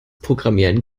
programmieren